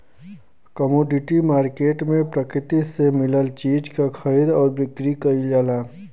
commodity market में प्रकृति से मिलल चीज क खरीद आउर बिक्री कइल जाला